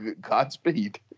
Godspeed